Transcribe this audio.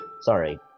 sorry